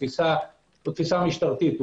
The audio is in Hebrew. תפיסה משטרתית,